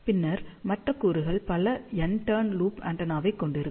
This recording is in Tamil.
பின்னர் மற்ற கூறுகள் பல n டர்ன் லூப் ஆண்டெனாவைக் கொண்டிருக்கும்